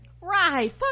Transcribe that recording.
Right